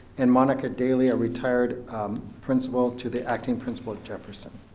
and monica daly, a retired principal to the acting principal at jefferson.